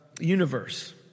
universe